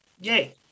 Yay